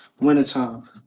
wintertime